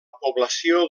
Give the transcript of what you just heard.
població